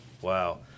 Wow